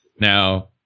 Now